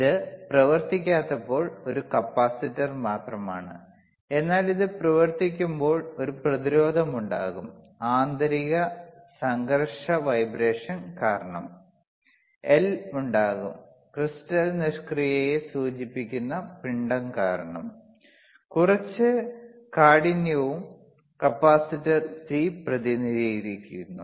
ഇത് പ്രവർത്തിക്കാത്തപ്പോൾ ഒരു കപ്പാസിറ്റർ മാത്രമാണ് എന്നാൽ ഇത് പ്രവർത്തിക്കുമ്പോൾ ഒരു പ്രതിരോധം ഉണ്ടാകും ആന്തരിക സംഘർഷ വൈബ്രേഷൻ കാരണം L ഉണ്ടാകും ക്രിസ്റ്റൽ നിഷ്ക്രിയതയെ സൂചിപ്പിക്കുന്ന പിണ്ഡം കാരണം കുറച്ച് കാഠിന്യവും കപ്പാസിറ്റർ C പ്രതിനിധീകരിക്കുന്നു